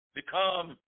become